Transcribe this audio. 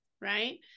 right